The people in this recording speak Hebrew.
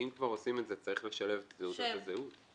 אם כבר עושים את זה, צריך לשלב תעודות זהות.